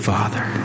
Father